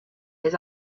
his